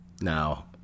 Now